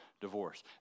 divorce